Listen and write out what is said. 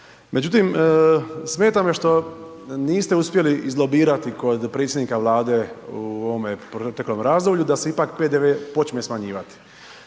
međutim, smeta me što niste uspjeli izlobirati kod predsjednika Vlade u ovom proteklom razdoblju da se ipak PDV počne smanjivati.